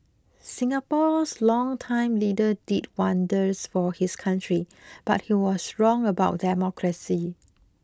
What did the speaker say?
Singapore's longtime leader did wonders for his country but he was wrong about democracy